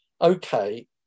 Okay